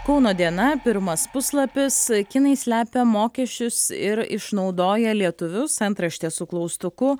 kauno diena pirmas puslapis kinai slepia mokesčius ir išnaudoja lietuvius antraštė su klaustuku